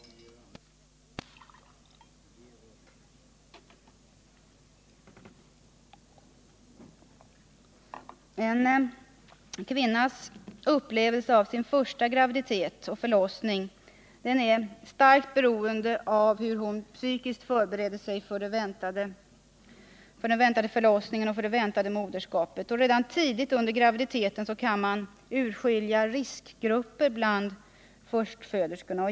En kvinnas upplevelse av sin första graviditet och förlossning är starkt beroende av hur hon psykiskt förbereder sig för förlossningen och moderskapet. Redan tidigt under graviditeten kan man urskilja riskgrupper bland förstföderskorna.